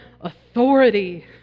authority